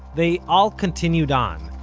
they all continued on,